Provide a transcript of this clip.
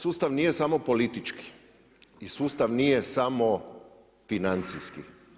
Sustav nije samo politički, i sustav nije samo financijski.